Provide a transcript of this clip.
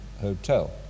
hotel